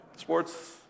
Sports